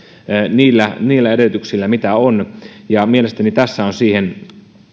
niillä niillä edellytyksillä mitä on mielestäni